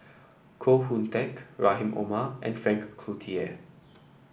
Koh Hoon Teck Rahim Omar and Frank Cloutier